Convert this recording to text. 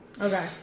Okay